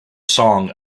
song